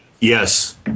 Yes